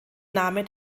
name